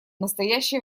настоящее